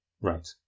Right